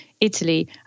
Italy